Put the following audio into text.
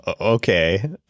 okay